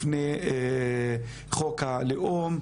לפני חוק הלאום,